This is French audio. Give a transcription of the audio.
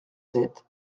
sept